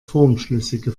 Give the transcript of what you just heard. formschlüssige